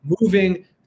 moving